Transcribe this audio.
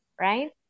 right